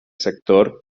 sector